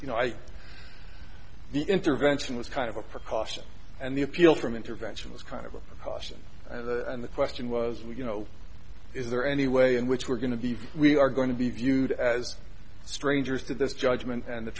you know i the intervention was kind of a precaution and the appeal from intervention was kind of a caution and the question was you know is there any way in which we're going to be we are going to be viewed as strangers to this judgment and the